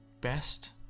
best